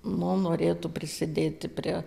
norėtų prisidėti prie